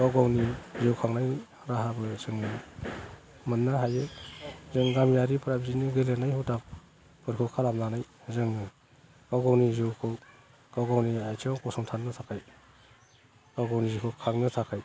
गावगावनि जिउ खांनाय राहाबो जोङो मोननो हायो जों गामियारिफोरा गेलेनाय हुदाफोरखौ खालामनानै जोङो गावगावनि जिउखौ गाव गावनि आथिंआव गसंथानो थाखाय गाव गावनिखौ खांनो थाखाय